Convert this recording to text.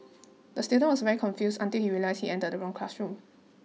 the student was very confused until he realised he entered the wrong classroom